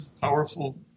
powerful